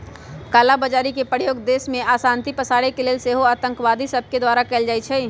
कला बजारी के प्रयोग देश में अशांति पसारे के लेल सेहो आतंकवादि सभके द्वारा कएल जाइ छइ